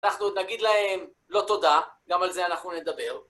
אנחנו נגיד להם לא תודה, גם על זה אנחנו נדבר.